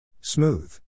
Smooth